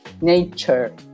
nature